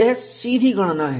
यह सीधी गणना है